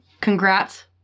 Congrats